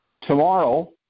Tomorrow